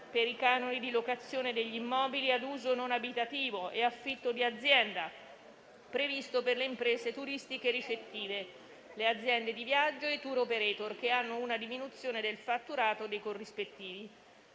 per i canoni di locazione degli immobili ad uso non abitativo e affitto di azienda, previsto per le imprese turistiche ricettive, le aziende di viaggio e i *tour operator* che hanno una diminuzione del fatturato o dei corrispettivi.